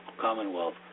Commonwealth